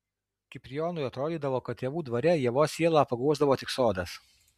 kiprijonui atrodydavo kad tėvų dvare ievos sielą paguosdavo tik sodas